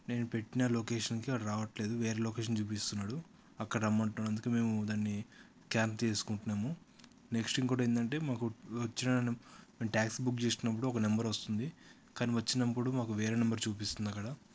నేను పెట్టిన లొకేషన్కి వాడు రావట్లేదు వేరే లొకేషన్ చూపిస్తున్నాడు అక్కడ రమ్మంటున్నాడు అందుకే మేము దాన్ని క్యాన్సిల్ చేసుకుంటున్నాము నెక్స్ట్ ఇంకొకటి ఏమిటి అంటే మాకు వచ్చిన మేము ట్యాక్సీ బుక్ చేసినప్పుడు ఒక నెంబర్ వస్తుంది కానీ వచ్చినప్పుడు మాకు వేరే నెంబర్ చూపిస్తుంది అక్కడ